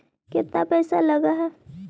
केतना पैसा लगय है?